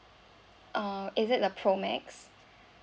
uh is it the promax